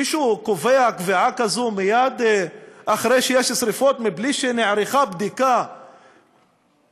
מישהו קובע קביעה כזאת מייד אחרי שיש שרפות בלי שנערכה בדיקה מקצועית,